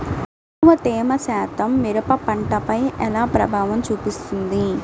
తక్కువ తేమ శాతం మిరప పంటపై ఎలా ప్రభావం చూపిస్తుంది?